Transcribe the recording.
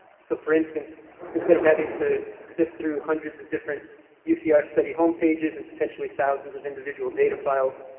so for instance instead of having to sift through hundreds of different usr study home pages and potentially thousands of individual data files,